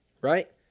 Right